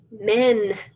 men